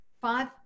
five